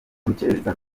urukerereza